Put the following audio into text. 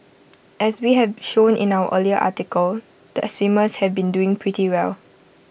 as we have shown in our earlier article the swimmers have been doing pretty well